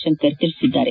ಶಂಕರ್ ತಿಳಿಸಿದ್ದಾರೆ